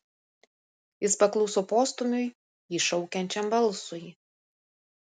jis pakluso postūmiui jį šaukiančiam balsui